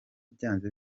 byanze